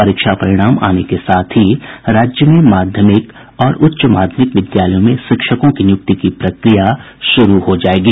परीक्षा परिणाम आने के साथ ही राज्य में माध्यमिक और उच्च माध्यमिक विद्यालयों में शिक्षकों की नियुक्ति की प्रक्रिया शुरू हो जायेगी